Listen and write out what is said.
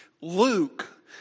Luke